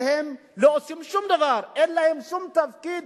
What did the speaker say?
שהם לא עושים דבר, אין להם שום תפקיד